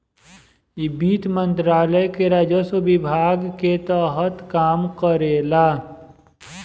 इ वित्त मंत्रालय के राजस्व विभाग के तहत काम करेला